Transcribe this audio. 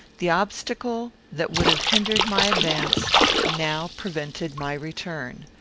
the obstacle that would have hindered my advance now prevented my return.